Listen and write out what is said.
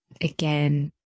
again